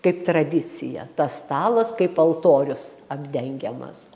kaip tradicija tas stalas kaip altorius apdengiamas